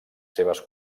seves